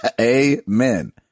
Amen